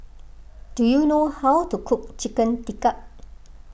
do you know how to cook Chicken Tikka